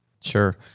Sure